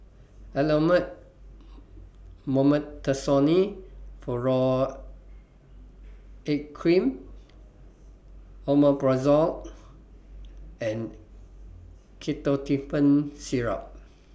Elomet Mometasone Furoate Cream Omeprazole and Ketotifen Syrup